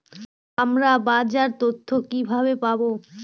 আমরা বাজার মূল্য তথ্য কিবাবে পাবো?